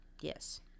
yes